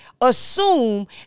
assume